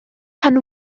pan